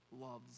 loves